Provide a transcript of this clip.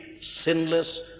sinless